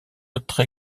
notre